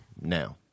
now